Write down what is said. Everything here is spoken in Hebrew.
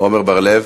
עמר בר-לב,